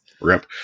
rip